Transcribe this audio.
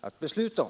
att besluta om.